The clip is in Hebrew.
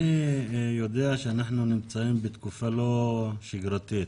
אני יודע שאנחנו נמצאים בתקופה לא שגרתית,